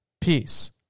Peace